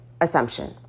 assumption